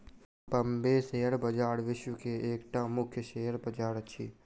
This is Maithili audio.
बॉम्बे शेयर बजार विश्व के एकटा मुख्य शेयर बजार अछि